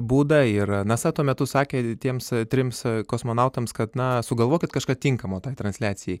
būdą ir nasa tuo metu sakė tiems trims kosmonautams kad na sugalvokit kažką tinkamo tai transliacijai